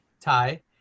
tie